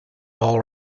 all